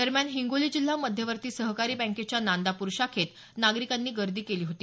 दरम्यान हिंगोली जिल्हा मध्यवर्ती सहकारी बँकेच्या नांदापूर शाखेत नागरिकांनी गर्दी केली होती